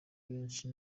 benshi